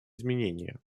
изменения